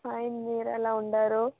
hi మీరు ఎలా ఉన్నారు